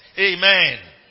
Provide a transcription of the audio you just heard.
Amen